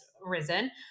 risen